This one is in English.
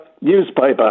newspaper